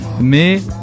Mais